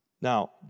Now